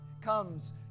comes